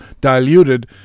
diluted